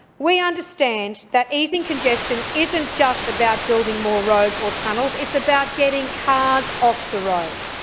we understand that easing congestion isn't just about building more roads or tunnels it's about getting cars off the road.